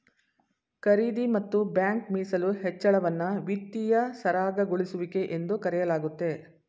ಖರೀದಿ ಮತ್ತು ಬ್ಯಾಂಕ್ ಮೀಸಲು ಹೆಚ್ಚಳವನ್ನ ವಿತ್ತೀಯ ಸರಾಗಗೊಳಿಸುವಿಕೆ ಎಂದು ಕರೆಯಲಾಗುತ್ತೆ